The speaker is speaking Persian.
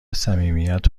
صمیمیت